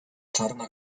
czarna